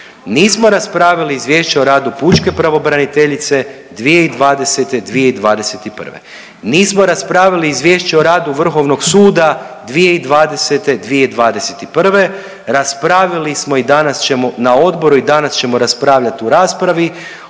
Nismo raspravili izvješća o radu pučke pravobraniteljice 2020., 2021. Nismo raspravili izvješće o radu Vrhovnog suda 2020., 2021. Raspravili smo i danas, na odboru i danas ćemo raspravljati u raspravi